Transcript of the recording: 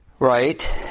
Right